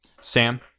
sam